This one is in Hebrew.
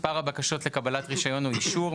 מספר הבקשות לקבלת רישיון או אישור,